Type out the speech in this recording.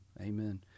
Amen